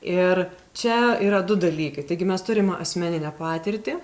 ir čia yra du dalykai taigi mes turim asmeninę patirtį